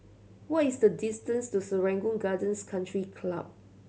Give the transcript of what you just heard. what is the distance to Serangoon Gardens Country Club